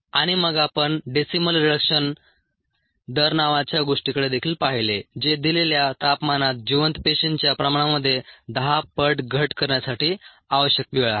आणि मग आपण डेसिमल रिडक्शन दर नावाच्या गोष्टीकडे देखील पाहिले जे दिलेल्या तापमानात जिवंत पेशींच्या प्रमाणामध्ये 10 पट घट करण्यासाठी आवश्यक वेळ आहे